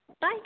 Bye